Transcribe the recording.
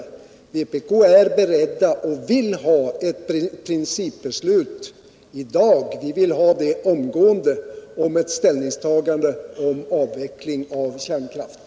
Vpk vill omgående ha ett principbeslut om ett ställningstagande för en avveckling av kärnkraften.